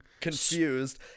confused